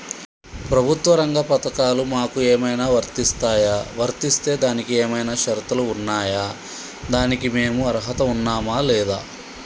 ప్రభుత్వ రంగ పథకాలు మాకు ఏమైనా వర్తిస్తాయా? వర్తిస్తే దానికి ఏమైనా షరతులు ఉన్నాయా? దానికి మేము అర్హత ఉన్నామా లేదా?